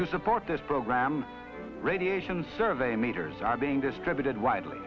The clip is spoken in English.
to support this program radiation survey meters are being distributed widely